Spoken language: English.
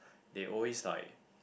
they always like